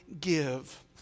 give